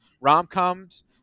Rom-coms